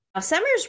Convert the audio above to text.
Summers